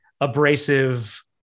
abrasive